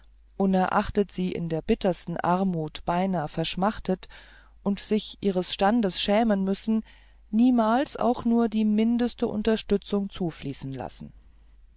unerachtet sie in der bittersten armut beinahe verschmachtet und sich ihres standes schämen müssen niemals auch nur die mindeste unterstützung zufließen lassen